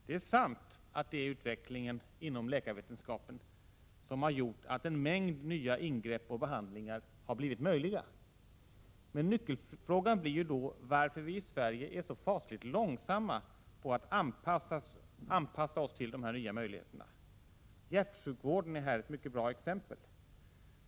Det är sant att utvecklingen inom läkarvetenskapen gjort att en mängd nya ingrepp och behandlingar har blivit möjliga. Men nyckelfrågan blir varför vi i Sverige är så fasligt långsamma på att anpassa oss till de nya möjligheterna. Hjärtsjukdomar är här ett mycket bra exempel.